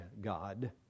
God